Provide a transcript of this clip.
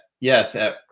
yes